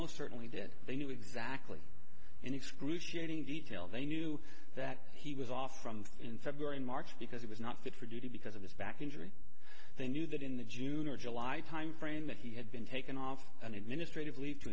most certainly did they knew exactly in excruciating detail they knew that he was off from in february and march because he was not fit for duty because of his back injury they knew that in the june or july timeframe that he had been taken off an administrative leave to